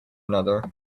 another